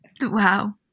Wow